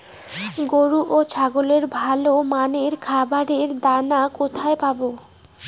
গরু ও ছাগলের ভালো মানের খাবারের দানা কোথায় পাবো?